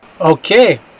okay